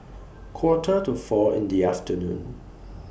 Quarter to four in The afternoon